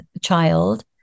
child